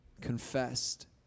confessed